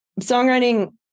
songwriting